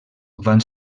van